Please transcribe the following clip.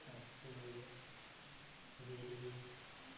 ଆକୁ ବିରି